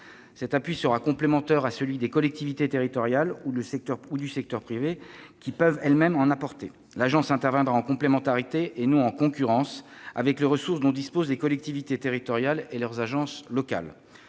Cet appui sera complémentaire de celui que les collectivités territoriales ou le secteur privé peuvent eux-mêmes en apporter. L'ANCT interviendra en complémentarité, et non en concurrence avec les ressources dont disposent les collectivités territoriales et leurs agences locales.